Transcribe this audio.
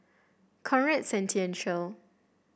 Conrad Centennial